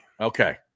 Okay